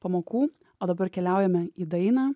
pamokų o dabar keliaujame į dainą